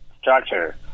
structure